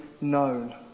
known